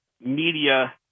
media